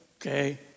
Okay